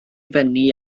fyny